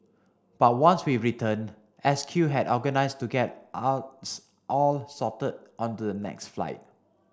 but once we returned S Q had organised to get us all sorted on the next flight